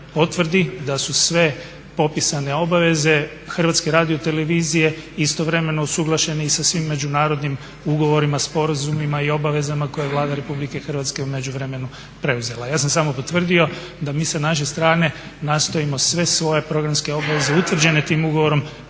da su sve popisane obaveze HRT-a istovremeno usuglašene i sa svim međunarodnim ugovorima, sporazumima i obavezama koje je Vlada Republike Hrvatske u međuvremenu preuzela. Ja sam samo potvrdio da mi sa naše strane nastojimo sve svoje programske obveze utvrđene tim ugovorom